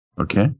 Okay